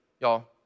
y'all